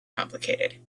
complicated